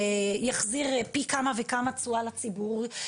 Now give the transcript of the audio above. שיחזיר פי כמה וכמה תשואה לציבור,